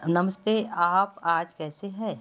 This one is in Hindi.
नमस्ते आप आज कैसे हैं